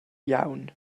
iawn